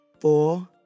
four